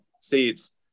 seats